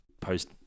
post